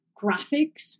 graphics